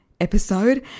episode